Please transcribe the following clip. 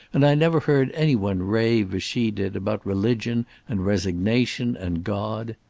and i never heard any one rave as she did about religion and resignation and god.